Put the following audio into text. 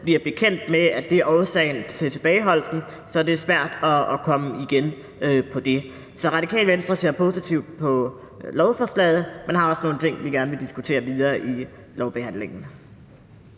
bliver bekendt med, at det er årsagen til tilbageholdelsen, er det svært at komme igennem på baggrund af det. Så Radikale Venstre ser positivt på lovforslaget, men har også nogle ting, vi gerne vil diskutere videre i lovbehandlingen.